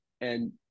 and-